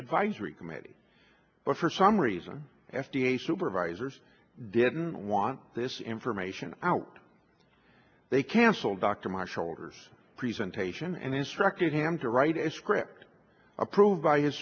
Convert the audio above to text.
advisory committee but for some reason f d a supervisors didn't want this information out they canceled dr my shoulders presentation and instructed him to write a script approved by his